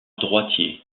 droitier